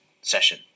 session